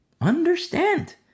understand